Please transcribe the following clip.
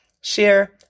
share